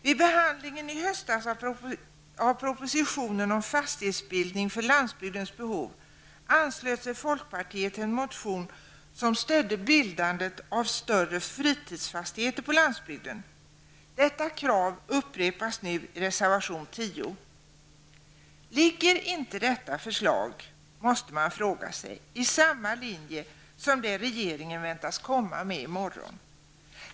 Vid behandlingen i höstas av propositionen om fastighetsbildning för landsbygdens behov anslöt sig folkpartiet till en motion som stödde bildandet av större fritidsfastigheter på landsbygden. Detta krav upprepas i reservation 10. Ligger inte detta förslag, måste man fråga sig, i linje med det som regeringen väntas komma med i morgon?